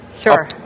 Sure